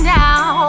now